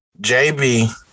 JB